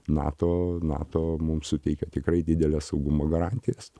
nato nato mums suteikia tikrai dideles saugumo garantijas